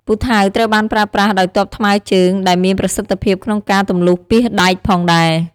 ពូថៅត្រូវបានប្រើប្រាស់ដោយទ័ពថ្មើរជើង ដែលមានប្រសិទ្ធភាពក្នុងការទម្លុះពាសដែកផងដែរ។